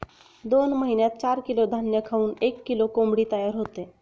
दोन महिन्यात चार किलो धान्य खाऊन एक किलो कोंबडी तयार होते